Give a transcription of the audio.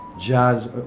jazz